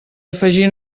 afegir